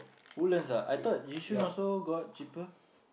Woodlands ah I thought Yishun also got cheaper